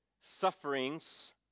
Sufferings